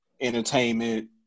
entertainment